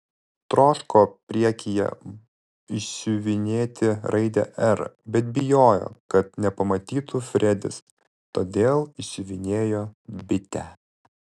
troško priekyje išsiuvinėti raidę r bet bijojo kad nepamatytų fredis todėl išsiuvinėjo bitę